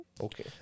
Okay